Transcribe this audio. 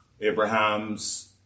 Abraham's